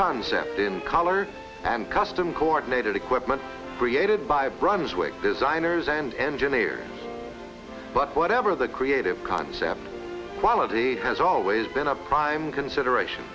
concept in color and custom coordinated equipment created by brunswick designers and engineers but whatever the creative concept quality has always been a prime consideration